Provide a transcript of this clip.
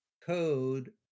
code